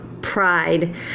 pride